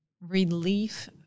relief